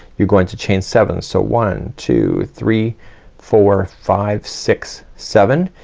you're going to chain seven. so one two three four five six seven,